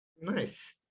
Nice